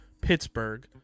pittsburgh